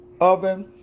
oven